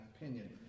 opinion